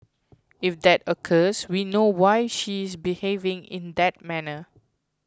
if that occurs we know why she is behaving in that manner